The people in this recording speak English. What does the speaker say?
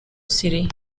city